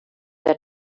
der